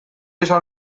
izan